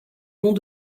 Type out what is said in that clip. long